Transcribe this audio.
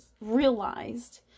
realized